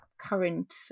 current